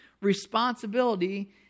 responsibility